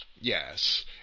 Yes